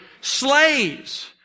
slaves